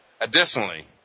Additionally